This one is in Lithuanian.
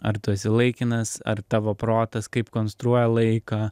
ar tu esi laikinas ar tavo protas kaip konstruoja laiką